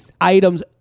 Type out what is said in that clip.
items